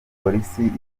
polisi